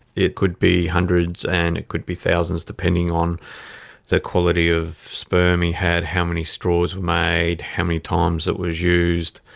it could be hundreds and it could be thousands, depending on the quality of sperm he had, how many straws were made, how many times it was used,